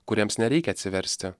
kuriems nereikia atsiversti